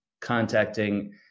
contacting